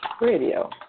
radio